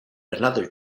another